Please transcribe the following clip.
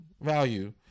value